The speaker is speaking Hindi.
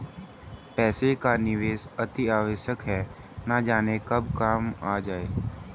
पैसे का निवेश अतिआवश्यक है, न जाने कब काम आ जाए